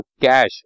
cash